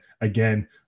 again